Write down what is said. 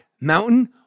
Mountain